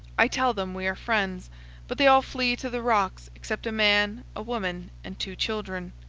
i tell them we are friends but they all flee to the rocks, except a man, a woman, and two children.